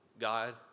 God